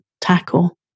tackle